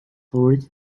lord